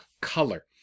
color